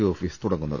O office തുടങ്ങുന്നത്